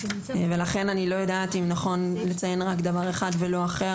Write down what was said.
לכן אני לא יודעת אם נכון לציין רק דבר אחד ולא אחר,